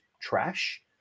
trash